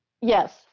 Yes